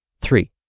Three